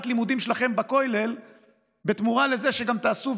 הלימודים שלכם בכולל בתמורה לזה שגם תעשו,